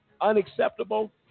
unacceptable